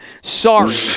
Sorry